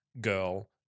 girl